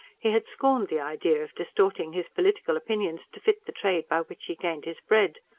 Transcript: he had scorned the idea of distorting his political opinions to fit the trade by which he gained his bread.